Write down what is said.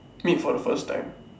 meet for the first time